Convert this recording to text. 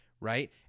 right